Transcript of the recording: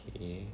okay